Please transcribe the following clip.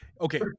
Okay